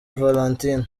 valentine